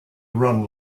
run